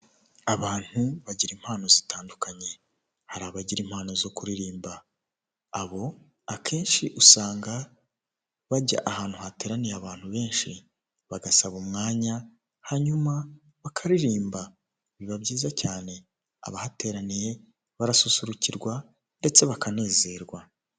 Abantu bagira impano zitandukanye. Hari abagira impano zo kuririmba abo akenshi usanga bajya ahantu hateraniye abantu benshi, bagasaba umwanya hanyuma bakaririmba biba byiza cyane abahateraniye barasusurukirwa ndetse bakanezerwa.